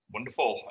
Wonderful